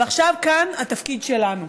אבל עכשיו כאן התפקיד שלנו,